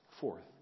Fourth